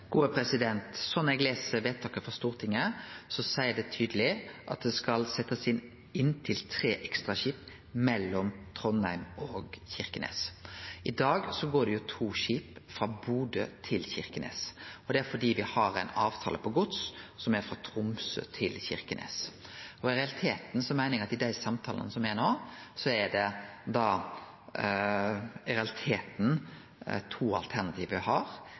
eg les vedtaket frå Stortinget, seier det tydeleg at det skal setjast inn inntil tre ekstra skip mellom Trondheim og Kirkenes. I dag går det to skip frå Bodø til Kirkenes, og det er fordi me har ein avtale for gods som gjeld frå Tromsø til Kirkenes. Eg meiner at i dei samtalane som er no, har me i realiteten to alternativ, og det er inntil fem skip frå Trondheim til Kirkenes eller inntil fem skip frå Bergen til Kirkenes. Vi har